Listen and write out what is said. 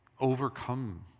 overcome